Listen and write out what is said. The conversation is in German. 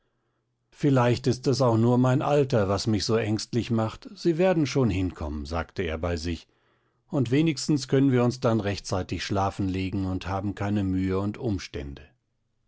vielleicht ist es auch nur mein alter was mich so ängstlich macht sie werden schon hinkommen sagte er bei sich und wenigstens können wir uns dann rechtzeitig schlafen legen und haben keine mühe und umstände